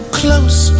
close